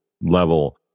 level